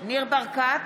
ניר ברקת,